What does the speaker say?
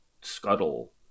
scuttle